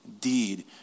deed